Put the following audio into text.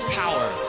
power